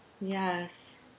yes